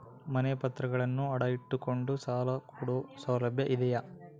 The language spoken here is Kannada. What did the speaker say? ಮನೆ ಪತ್ರಗಳನ್ನು ಅಡ ಇಟ್ಟು ಕೊಂಡು ಸಾಲ ಕೊಡೋ ಸೌಲಭ್ಯ ಇದಿಯಾ?